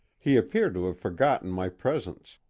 he appeared to have forgotten my presence,